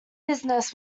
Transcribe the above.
business